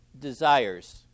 desires